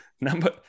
Number